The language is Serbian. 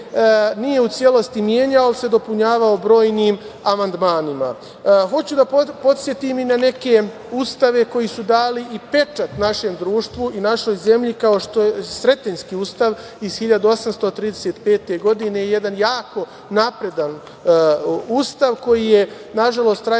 nije u celosti menjao, ali se dopunjavao brojnim amandmanima. Hoću da podsetim i na neke ustave koji su dali i pečat našem društvu i našoj zemlji, kao što je Sretenjski ustav iz 1835. godine, jedan jako napredan Ustav, koji je, nažalost, trajao